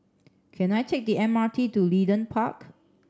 can I take the M R T to Leedon Park